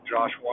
Josh